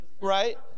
right